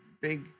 big